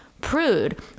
prude